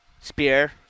Spear